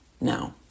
now